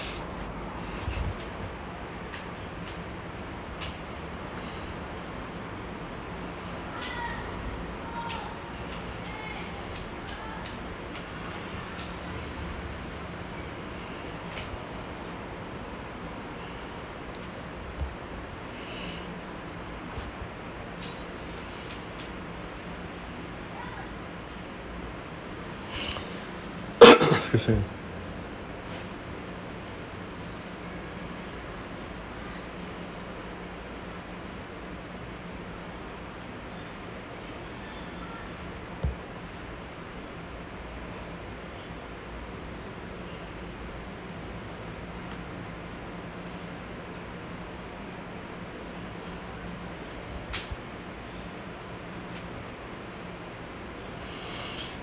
excuse me